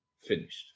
finished